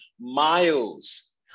miles